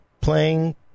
playing